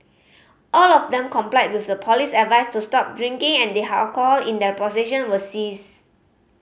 all of them complied with the police advice to stop drinking and the alcohol in their possession was seized